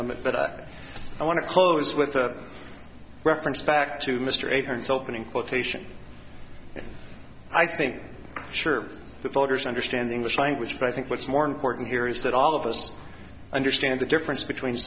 limit but i want to close with a reference back to mr eight hundred seven in quotation i think sure that voters understand the english language but i think what's more important here is that all of us understand the difference between